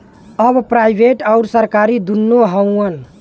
अब प्राइवेट अउर सरकारी दुन्नो हउवन